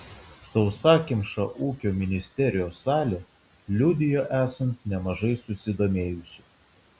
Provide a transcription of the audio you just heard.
sausakimša ūkio ministerijos salė liudijo esant nemažai susidomėjusių